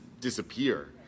disappear